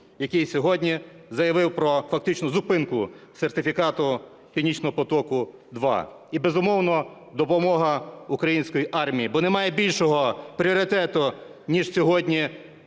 який сьогодні заявив про фактичну зупинку сертифікату "Північного потоку-2". І, безумовно, – допомога українській армії. Бо немає більшого пріоритету ніж сьогодні